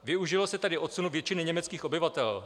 Využilo se tady odsunu většiny německých obyvatel.